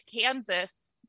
Kansas